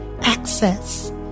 access